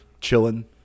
chilling